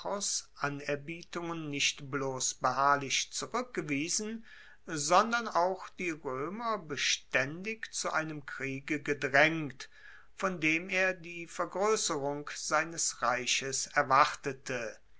anerbietungen nicht bloss beharrlich zurueckgewiesen sondern auch die roemer bestaendig zu einem kriege gedraengt von dem er die vergroesserung seines reiches erwartete